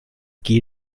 gel